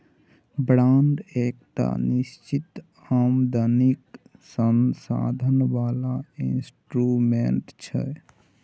bond एकटा निश्चित आमदनीक साधंश बला इंस्ट्रूमेंट छै